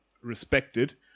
respected